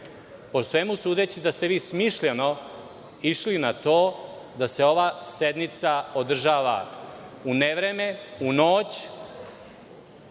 Po svemu sudeći je da ste vi smišljeno išli na to da se ova sednica održava u nevreme, u noć,